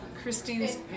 Christine's